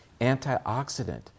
antioxidant